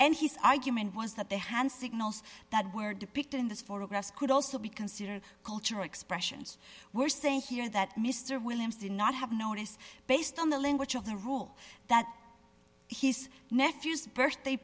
and he's argument was that they hand signals that were depicted in this photograph could also be considered cultural expressions we're saying here that mr williams did not have notice based on the language of the rule that his nephew's birthday